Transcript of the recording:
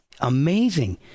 amazing